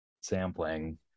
sampling